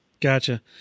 Gotcha